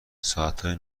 ساعتای